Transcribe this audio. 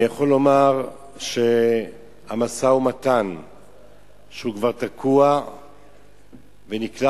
אני יכול לומר שהמשא-ומתן שתקוע ונקלע